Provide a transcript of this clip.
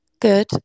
good